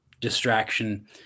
distraction